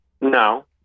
No